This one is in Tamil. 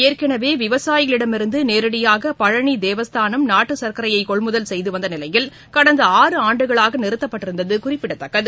ஏற்கனவே விவசாயிகளிடமிருந்து நேரடியாக பழனி தேவஸ்தானம் நாட்டு சர்க்கரையை கொள்முதல் செய்து வந்த நிலையில் கடந்த ஆறு ஆண்டுகளாக நிறுத்தப்பட்டிருந்தது குறிப்பிடதக்கது